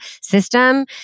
system